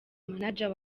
manager